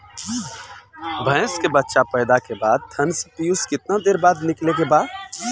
भैंस के बच्चा पैदा के बाद थन से पियूष कितना देर बाद निकले के बा?